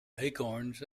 acorns